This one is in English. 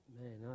Man